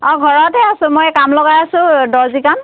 অঁ ঘৰতে আছোঁ মই এই কাম লগাই আছোঁ দৰ্জী কাম